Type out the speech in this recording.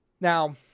now